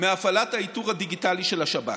מהפעלת האיתור הדיגיטלי של השב"כ,